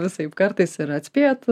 visaip kartais ir atspėti